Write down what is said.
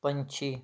ਪੰਛੀ